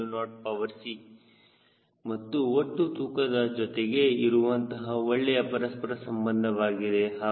LaW0c ಅದು ಒಟ್ಟು ತೂಕದ ಜೊತೆಗೆ ಇರುವಂತಹ ಒಳ್ಳೆಯ ಪರಸ್ಪರ ಸಂಬಂಧವಾಗಿದೆ